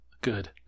Good